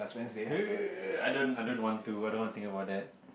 I don't I don't want to I don't want think about that